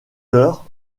heures